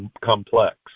complex